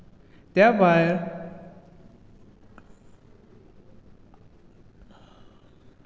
त्या भायर